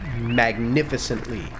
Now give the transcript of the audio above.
magnificently